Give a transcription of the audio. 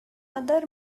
other